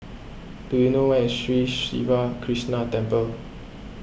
do you know where is Sri Siva Krishna Temple